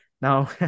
Now